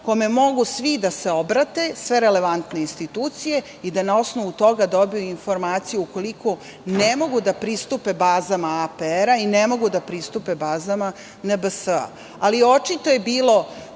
kome mogu svi da se obrate, sve relevantne institucije i da na osnovu toga dobiju informaciju, ako ne mogu da pristupe bazama APR i ako ne mogu da pristupe bazama NBS.Očito je bilo